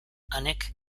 anek